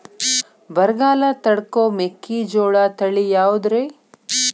ಬರಗಾಲ ತಡಕೋ ಮೆಕ್ಕಿಜೋಳ ತಳಿಯಾವುದ್ರೇ?